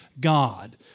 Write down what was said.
God